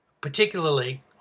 particularly